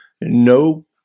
No